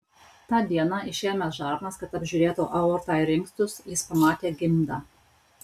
tą dieną išėmęs žarnas kad apžiūrėtų aortą ir inkstus jis pamatė gimdą